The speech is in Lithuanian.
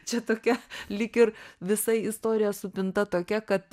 čia tokia lyg ir visa istorija supinta tokia kad